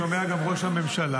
שומע גם ראש הממשלה.